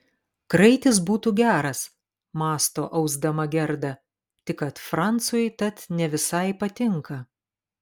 kraitis būtų geras mąsto ausdama gerda tik kad francui tat ne visai patinka